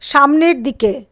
সামনের দিকে